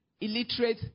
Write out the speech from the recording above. illiterate